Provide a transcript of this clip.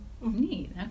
Neat